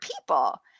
people